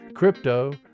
Crypto